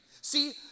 See